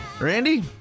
Randy